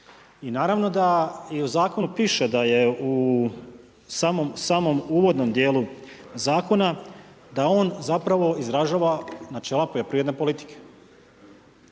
i naravno da i u zakonu piše da u samom uvodnom djelu zakona da on zapravo izražava načela poljoprivredne politike,